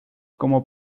como